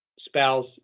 spouse